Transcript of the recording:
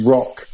Rock